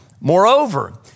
Moreover